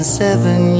seven